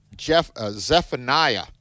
Zephaniah